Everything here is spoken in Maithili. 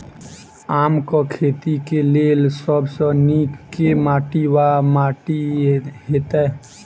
आमक खेती केँ लेल सब सऽ नीक केँ माटि वा माटि हेतै?